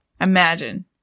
Imagine